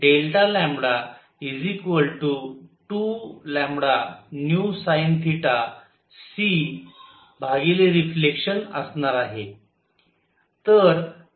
तर हे λ2λvsinθcरिफ्लेक्शन असणार आहे